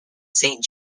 saint